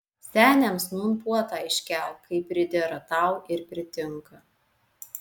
seniams nūn puotą iškelk kaip pridera tau ir pritinka